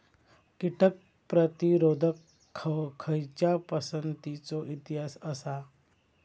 कीटक प्रतिरोधक खयच्या पसंतीचो इतिहास आसा?